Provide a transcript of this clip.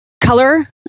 Color